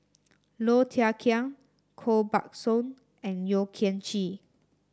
Low Thia Khiang Koh Buck Song and Yeo Kian Chye